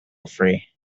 free